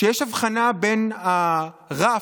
שיש הבחנה בין הרף